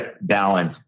balance